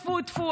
טפו-טפו,